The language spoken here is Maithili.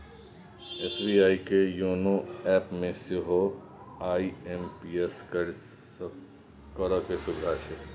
एस.बी.आई के योनो एपमे सेहो आई.एम.पी.एस केर सुविधा छै